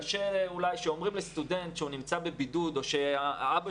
כשאומרים לסטודנט נמצא בבידוד או שחלילה אבא